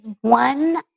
one